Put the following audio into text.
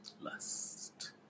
Lust